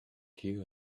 queue